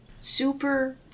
super